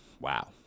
Wow